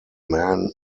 man